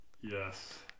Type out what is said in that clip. Yes